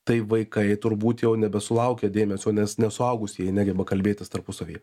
tai vaikai turbūt jau nebesulaukia dėmesio nes ne suaugusieji negeba kalbėtis tarpusavyje